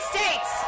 States